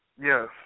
Yes